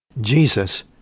Jesus